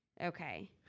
okay